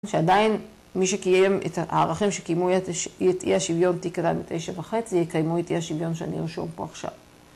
שעדיין מי שקיים את הערכים שקיימו את אי השוויון תקדם את 9.5 זה יקיימו את אי השוויון שאני ארשום פה עכשיו